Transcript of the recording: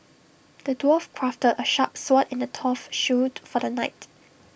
the dwarf crafted A sharp sword and A tough shield for the knight